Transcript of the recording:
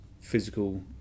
physical